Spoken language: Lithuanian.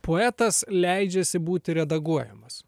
poetas leidžiasi būti redaguojamas